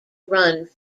run